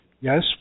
yes